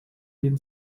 been